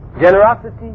Generosity